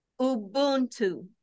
Ubuntu